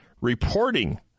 reporting